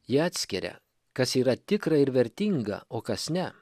ji atskiria kas yra tikra ir vertinga o kas ne